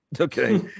Okay